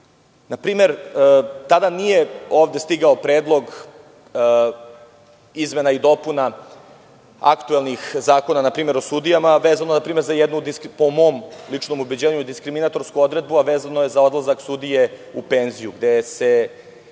primer, tada nije ovde stigao predlog izmena i dopuna aktuelnih zakona, na primer o sudijama, a vezano je za jednu, po mom ličnom ubeđenju, diskriminatorsku odredbu, a vezano je za odlazak sudije u penziju, gde se